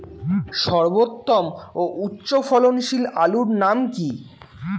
সর্বোত্তম ও উচ্চ ফলনশীল আলুর নাম কি?